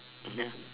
um ya